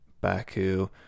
Baku